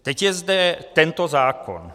Teď je zde tento zákon.